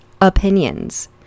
opinions